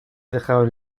dejaron